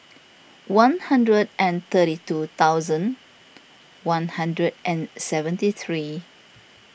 one hundred and thirty two thousand one hundred and seventy three